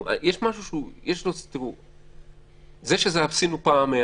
לא בשביל להוריד את הפח.